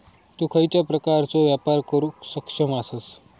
तु खयच्या प्रकारचो व्यापार करुक सक्षम आसस?